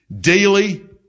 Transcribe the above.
daily